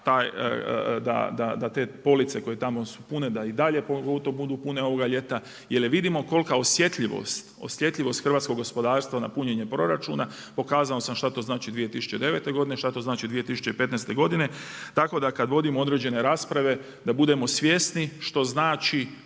da te police koje se pune da i dalje budu pune ovoga ljeta jel vidimo kolika osjetljivost hrvatskog gospodarstva na punjenje proračuna. Pokazao sam šta to znači 2009., šta to znači 2015. godine, tako da kada vodimo određene rasprave da budemo svjesni što znači